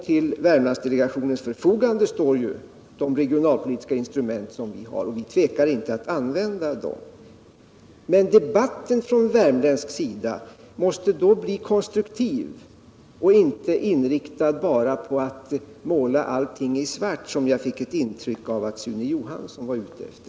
Till delegationens förfogande står de regionalpolitiska instrument som vi har, och vitvekar inte att använda dem. Men debatten från värmländsk sida måste då bli konstruktiv och inte inriktad bara på att måla allting i svart, vilket jag fick ett Nr 98 intryck av att Sune Johansson var ute efter.